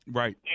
right